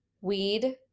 weed